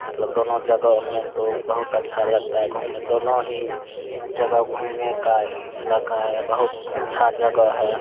मतलब दोनों जगह में तो बहुत अच्छा लगता है घूमने दोनों ही जगह घूमने का इलाक़ा है बहुत अच्छी जगह है